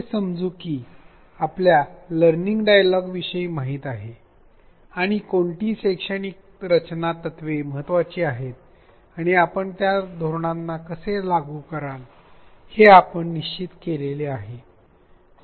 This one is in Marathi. असे समजू की आपल्याला लर्निंग डायलॉग विषय माहित आहे आणि कोणती शैक्षणिक रचना तत्त्वे महत्त्वाची आहेत आणि आपण त्या धोरणांना कसे लागू कराल हे आपण निश्चित केले आहे